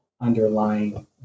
underlying